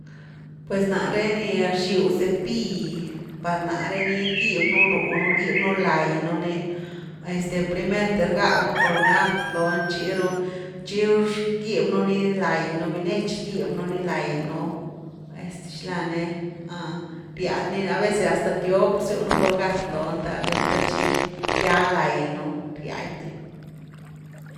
Pues nare ni rxiu cepill par nare ni rgib nú runu, ni rgib nu lai nú ni, este primert’e rgaby nú colgat lonu tchiru. Tchiru rgib nú ni lai nú binietch rgiby nú ni lai nú, este xila ni riad ni a veces hasta tiop rziu nú colgat lony the tchi gya lai nú riad ni.